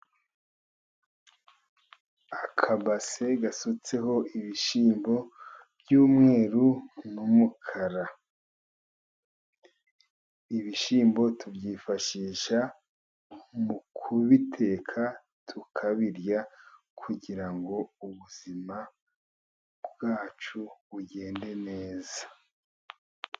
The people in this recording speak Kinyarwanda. Akabase gasutseho ibishyimbo by'umweru n'umukara, ibishyimbo tubyifashisha mu kubiteka tukabirya , kugira ngo ubuzima bwacu bugende neza.